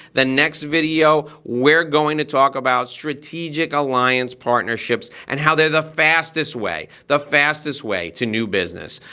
the next video we're going to talk about strategic alliance partnerships and how they're the fastest way, the fastest way to new business.